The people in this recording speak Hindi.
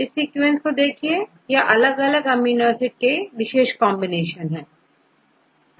इस सीक्वेंस को देखिए यह अलग अलग अमीनो एसिड के विशेष कॉमिनेशन है